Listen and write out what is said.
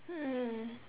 mm